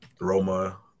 Roma